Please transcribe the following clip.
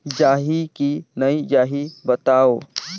जाही की नइ जाही बताव?